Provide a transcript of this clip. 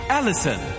Alison